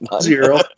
zero